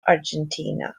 argentina